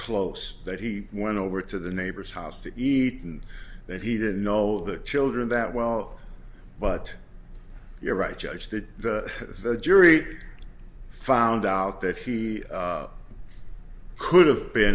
close that he went over to the neighbor's house to eat and that he didn't know the children that well but you're right judge that the jury found out that he i could've been